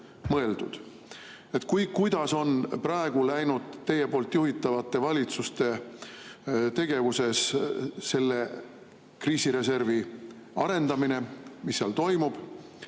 mõeldud. Kuidas on praegu läinud teie juhitavate valitsuste tegevuses kriisireservi arendamine? Mis seal toimub?